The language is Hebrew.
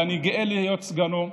ואני גאה להיות סגנו.